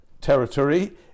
territory